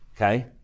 okay